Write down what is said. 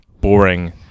boring